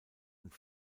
und